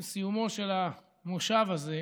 עם סיומו של המושב הזה,